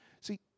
See